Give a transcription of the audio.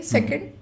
Second